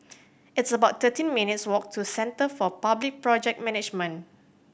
it's about thirteen minutes' walk to Centre for Public Project Management